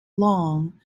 long